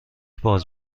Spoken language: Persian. باز